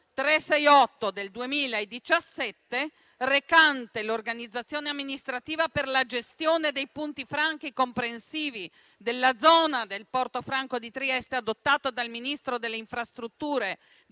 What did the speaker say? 368 del 2017, recante l'organizzazione amministrativa per la gestione dei punti franchi compresivi della zona del porto franco di Trieste, adottato dal Ministro delle infrastrutture del